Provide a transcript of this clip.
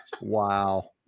Wow